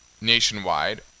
nationwide